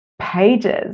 pages